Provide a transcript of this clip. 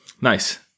Nice